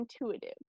intuitive